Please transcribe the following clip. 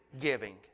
giving